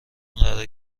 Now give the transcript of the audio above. قرار